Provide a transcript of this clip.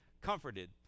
comforted